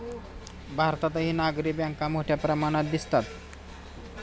भारतातही नागरी बँका मोठ्या प्रमाणात दिसतात